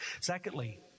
Secondly